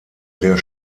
der